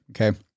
Okay